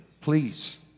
please